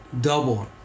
double